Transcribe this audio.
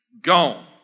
gone